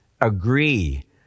agree